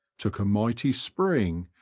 took a mighty spring,